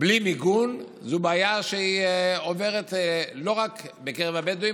בלי מיגון זאת בעיה שהיא לא רק בקרב הבדואים.